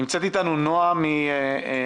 נמצאת אתנו נועה מגוגל,